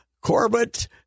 Corbett